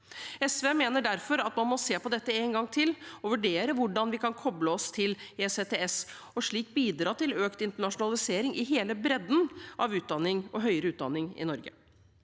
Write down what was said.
SV mener derfor at man må se på dette en gang til og vurdere hvordan vi kan koble oss på ECTS, og slik bidra til økt internasjonalisering i hele bredden av høyere utdanning i Norge.